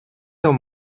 dans